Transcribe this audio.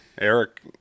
Eric